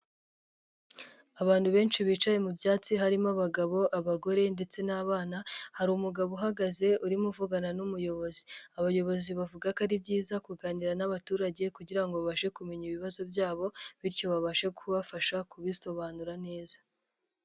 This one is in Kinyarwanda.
Abantu benshi bicaye mu byatsi harimo, abagabo, abagore ndetse n'abana, hari umugabo uhagaze, urimo uvugana n'umuyobozi, abayobozi bavuga ko ari byiza kuganira n'abaturage kugira ngo babashe kumenya ibibazo byabo bityo babashe kubafasha kubisobanura neza.